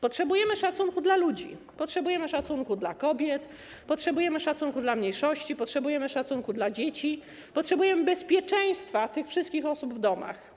Potrzebujemy szacunku dla ludzi, potrzebujemy szacunku dla kobiet, potrzebujemy szacunku dla mniejszości, potrzebujemy szacunku dla dzieci, potrzebujemy bezpieczeństwa tych wszystkich osób w domach.